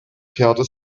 kehrte